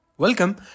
Welcome